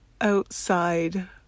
Outside